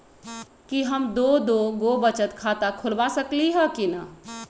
कि हम दो दो गो बचत खाता खोलबा सकली ह की न?